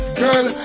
girl